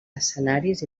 escenaris